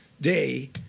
day